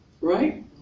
Right